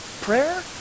Prayer